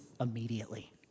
immediately